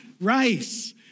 rice